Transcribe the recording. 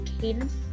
Cadence